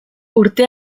urte